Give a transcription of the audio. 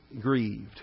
grieved